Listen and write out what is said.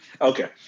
Okay